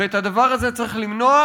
ואת הדבר הזה צריך למנוע,